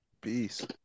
Peace